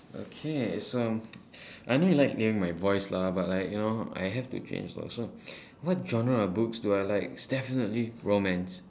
okay so I know you like hearing my voice lah but like you know I have to change so what genre of books do I like it's definitely romance